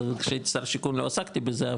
שהייתי שר השיכון לא עסקתי בזה,